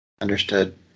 understood